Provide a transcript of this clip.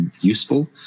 useful